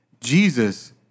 Jesus